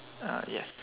uh yes